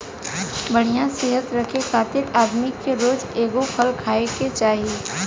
बढ़िया सेहत रखे खातिर आदमी के रोज एगो फल खाए के चाही